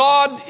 God